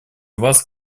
вас